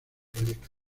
proyecto